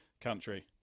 country